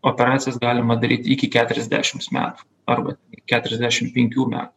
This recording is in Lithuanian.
operacijas galima daryti iki keturiasdešims metų arba keturiasdešim penkių metų